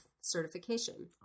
certification